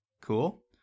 cool